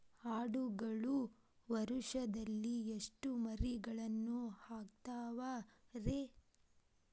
ಆಡುಗಳು ವರುಷದಲ್ಲಿ ಎಷ್ಟು ಮರಿಗಳನ್ನು ಹಾಕ್ತಾವ ರೇ?